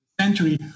century